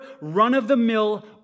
run-of-the-mill